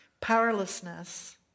Powerlessness